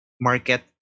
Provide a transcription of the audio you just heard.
market